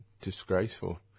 disgraceful